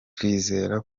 twizera